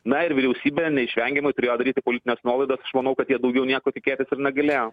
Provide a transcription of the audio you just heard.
na ir vyriausybė neišvengiamai turėjo daryti politines nuolaidas aš manau kad jie daugiau nieko tikėtis ir negalėjo